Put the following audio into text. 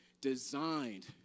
designed